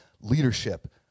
leadership